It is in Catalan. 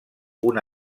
una